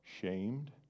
shamed